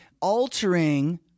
altering